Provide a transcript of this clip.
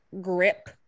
grip